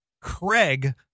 Craig